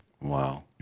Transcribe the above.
Wow